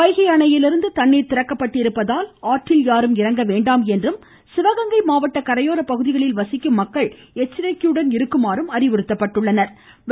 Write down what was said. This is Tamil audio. வைகை அணையிலிருந்து தண்ணீர் திறக்கப்பட்டிருப்பதால் ஆற்றில் யாரும் இறங்க வேண்டாம் என்றும் சிவகங்கை மாவட்ட கரையோர பகுதிகளில் வசிக்கும் மக்கள் எச்சரிக்கையுடன் இருக்குமாறும் அறிவுறுத்தப்பட்டுள்ளனர்